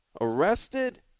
arrested